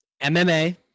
MMA